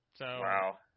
Wow